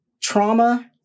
trauma